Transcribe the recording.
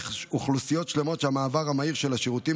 יש אוכלוסיות שלמות שהמעבר המהיר של השירותים